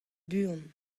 buan